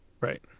Right